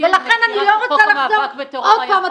ולכן אני לא רוצה לחזור עוד פעם.